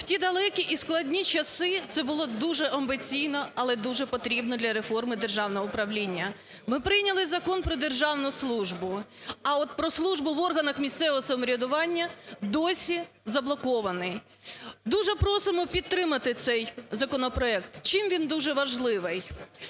В ті далекі і складні часи це було дуже амбіційно, але дуже потрібно для реформи державного управління. Ми прийняли Закон про державну службу, а от про службу в органах місцевого самоврядування досі заблокований. Дуже просимо підтримати цей законопроект. Чим він дуже важливий.